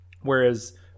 Whereas